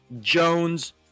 Jones